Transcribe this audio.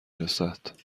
رسد